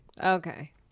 Okay